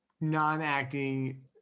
non-acting